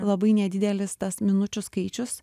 labai nedidelis tas minučių skaičius